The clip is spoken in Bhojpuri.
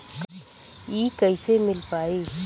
इ कईसे मिल पाई?